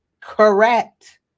Correct